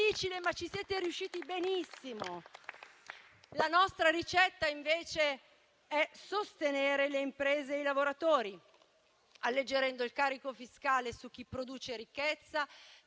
ma ci siete riusciti benissimo. La nostra ricetta, invece, è sostenere le imprese e i lavoratori alleggerendo il carico fiscale su chi produce ricchezza,